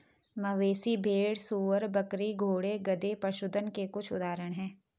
मवेशी, भेड़, सूअर, बकरी, घोड़े, गधे, पशुधन के कुछ उदाहरण हैं